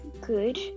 good